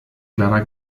clara